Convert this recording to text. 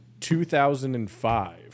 2005